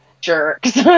jerks